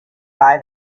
buy